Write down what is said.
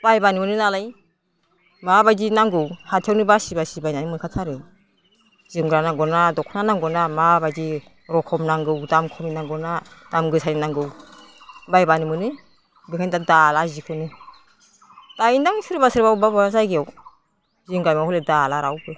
बायबानो मोनो नालाय माबायदि नांगौ खाथियावनो बासि बासि बायनानै मोनखाथारो जोमग्रा नांगौना दख'ना नांगौना माबायदि रोखोम नांगौ दाम खमनि नांगौना दाम गोसानि नांगौ बायबानो मोनो बेनिखायनो दाना दाला जिखौनो दायोदां सोरबा सोरबा अबेबा अबेबा जायगायाव जोंनि गामियाव हले दाला रावबो